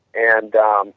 and, um